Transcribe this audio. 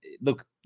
look